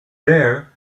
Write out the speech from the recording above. there